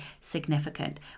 significant